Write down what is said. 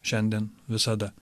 šiandien visada